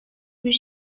bir